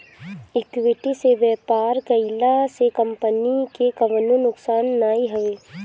equity से व्यापार कईला से कंपनी के कवनो नुकसान नाइ हवे